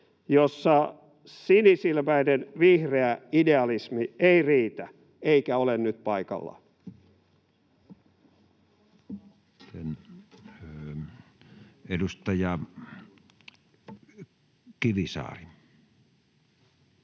että sinisilmäinen vihreä idealismi ei riitä eikä ole nyt paikallaan. [Speech 59]